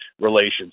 relations